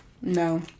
No